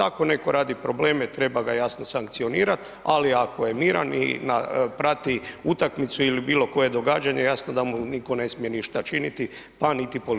Ako netko radi probleme, treba ga, jasno sankcionirati, ali ako je miran i prati utakmicu ili bilo koje događanje jasno da mu nitko ne smije ništa činiti pa niti policija.